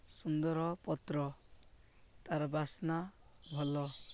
ସୁନ୍ଦର ପତ୍ର ତା'ର ବାସ୍ନା ଭଲ